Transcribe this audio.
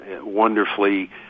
wonderfully